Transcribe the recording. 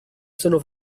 sono